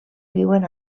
viuen